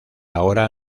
ahora